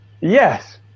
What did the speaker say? yes